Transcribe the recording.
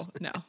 no